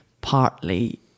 partly